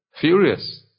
furious